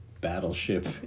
battleship